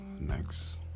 next